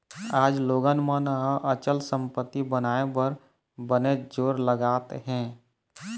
आज लोगन मन ह अचल संपत्ति बनाए बर बनेच जोर लगात हें